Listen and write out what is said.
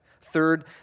Third